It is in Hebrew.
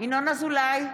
ינון אזולאי,